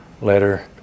letter